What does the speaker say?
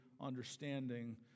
understanding